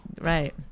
Right